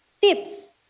tips